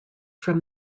from